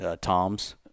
toms